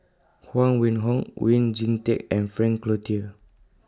Huang Wenhong Oon Jin Teik and Frank Cloutier